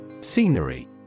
Scenery